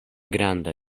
granda